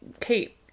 Kate